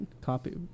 Copy